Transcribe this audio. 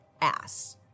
ass